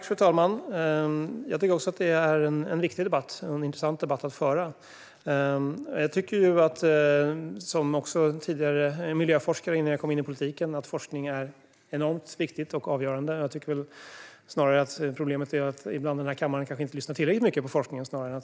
Fru talman! Jag tycker också att det är en viktig och intressant debatt att föra. Jag var tidigare miljöforskare, innan jag kom in i politiken, och jag tycker att forskning är enormt viktigt och avgörande. Problemet är snarare att den här kammaren inte lyssnar tillräckligt mycket på forskningen.